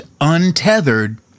untethered